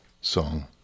song